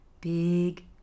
Big